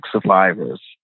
survivors